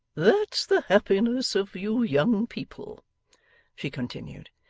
that's the happiness of you young people she continued.